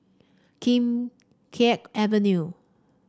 Kim Keat Avenue